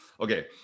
okay